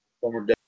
former